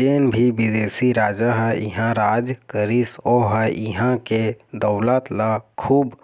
जेन भी बिदेशी राजा ह इहां राज करिस ओ ह इहां के दउलत ल खुब